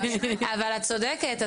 את צודקת.